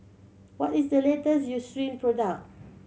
what is the latest Eucerin product